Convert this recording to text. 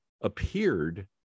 appeared